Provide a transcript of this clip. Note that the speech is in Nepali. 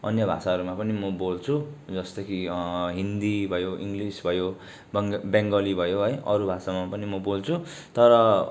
अन्य भाषाहरूमा पनि म बोल्छु जस्तै कि हिन्दी भयो इङ्गलिस भयो बङ्ग बङ्गाली भयो अरू भाषामा पनि म बोल्छु तर